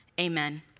Amen